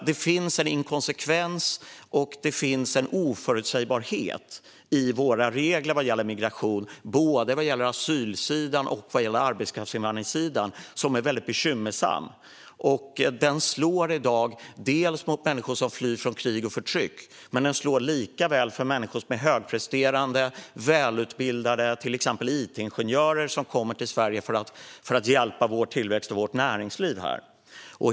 Det finns en inkonsekvens och oförutsägbarhet i våra regler vad gäller migration, både på asylsidan och på arbetskraftsinvandringssidan, som är väldigt bekymmersam. Det slår i dag mot människor som flyr från krig och förtryck, men det slår lika väl mot människor som är högpresterande och välutbildade, till exempel it-ingenjörer som kommer till Sverige för att hjälpa vår tillväxt och vårt näringsliv.